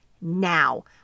now